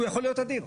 הוא יכול להיות אדיר,